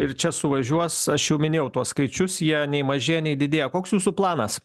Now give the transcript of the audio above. ir čia suvažiuos aš jau minėjau tuos skaičius jie nei mažėja nei didėja koks jūsų planas